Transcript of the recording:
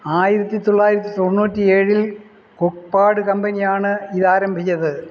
ആയിരത്തി തൊള്ളായിരത്തി തൊണ്ണൂറ്റി ഏഴിൽ കുക്ക്പാഡ് കമ്പനിയാണ് ഇത് ആരംഭിച്ചത്